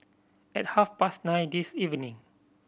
at half past nine this evening